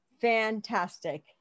fantastic